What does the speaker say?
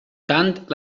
tant